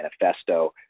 Manifesto